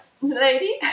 lady